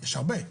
יש הרבה.